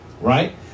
right